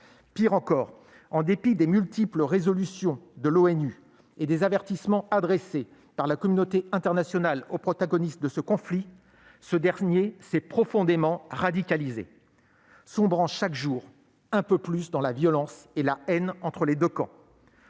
Pis encore, en dépit des multiples résolutions de l'ONU et des avertissements adressés par la communauté internationale aux protagonistes de ce conflit, ce dernier s'est profondément radicalisé, aggravant chaque jour un peu plus la violence et la haine entre les deux camps.